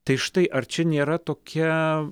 tai štai ar čia nėra tokia